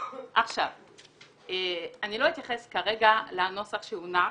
אני לא אתייחס כרגע לנוסח שהונח.